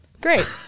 Great